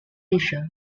asia